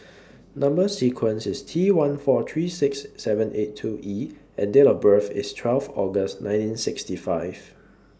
Number sequence IS T one four three six seven eight two E and Date of birth IS twelve August nineteen sixty five